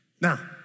Now